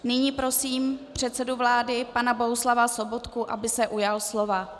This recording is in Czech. Nyní prosím předsedu vlády pana Bohuslava Sobotku, aby se ujal slova.